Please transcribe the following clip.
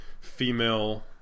female